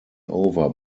over